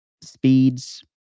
speeds